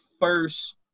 first